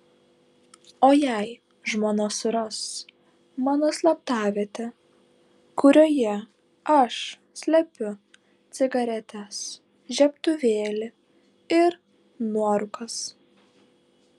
o jei žmona suras mano slaptavietę kurioje aš slepiu cigaretes žiebtuvėlį ir nuorūkas